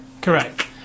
Correct